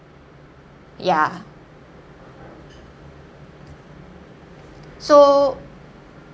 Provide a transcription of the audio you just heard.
ya so